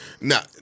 now